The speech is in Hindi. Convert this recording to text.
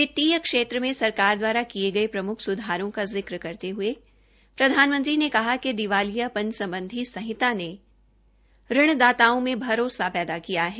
वित्तीय क्षेत्र में सरकार द्वारा किये गये प्रमुख सुधारों का जिक्र करते हये प्रधानमंत्री ने कहा कि दिवालियापन सम्बधी संहिता ने ऋणदाताओं में भरोसा पैदा किया है